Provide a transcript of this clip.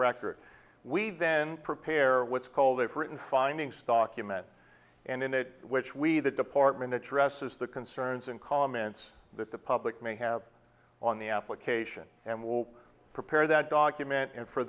record we then prepare what's called they've written finding stalk you meant and in which we the department addresses the concerns and comments that the public may have on the application and will prepare that document in for